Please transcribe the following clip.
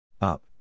Up